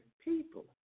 people